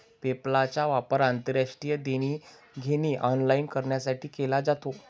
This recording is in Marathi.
पेपालचा वापर आंतरराष्ट्रीय देणी घेणी ऑनलाइन करण्यासाठी केला जातो